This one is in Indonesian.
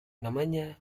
namanya